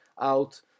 out